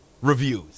reviews